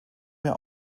mehr